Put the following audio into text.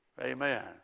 Amen